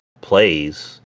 plays